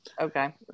Okay